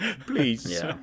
please